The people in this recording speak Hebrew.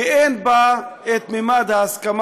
כי אין בה את ממד ההסכמה,